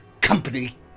company